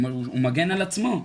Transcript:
הוא מגן על עצמו.